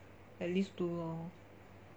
at least two lor